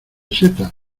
setas